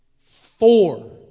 Four